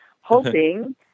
hoping